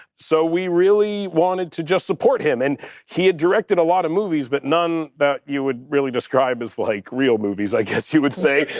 so we really wanted to just support him. and he had directed a lot of movies but none that you would really describe was, like, real movies, i guess you would say,